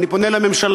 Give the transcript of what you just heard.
אני פונה לממשלה,